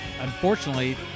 unfortunately